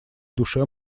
душе